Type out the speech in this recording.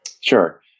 Sure